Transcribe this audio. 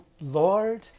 Lord